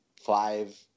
five